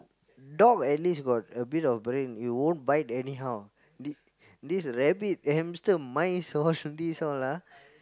dog at least got a bit of brain it won't bite anyhow th~ this rabbit hamster mice all this all ah